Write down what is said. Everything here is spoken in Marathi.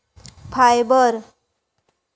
फायबर